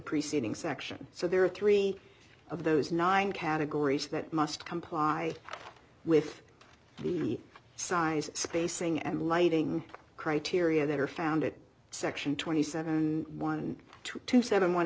preceding section so there are three of those nine categories that must comply with the size spacing and lighting criteria that are found it section twenty seven one two two seven one